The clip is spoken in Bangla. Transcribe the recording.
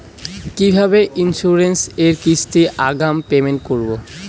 কিভাবে ইন্সুরেন্স এর কিস্তি আগাম পেমেন্ট করবো?